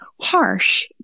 harsh